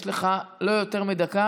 יש לך לא יותר מדקה.